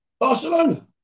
Barcelona